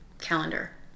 calendar